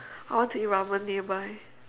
I want to eat ramen nearby